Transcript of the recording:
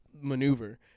maneuver